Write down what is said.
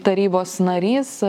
tarybos narys